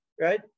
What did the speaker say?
right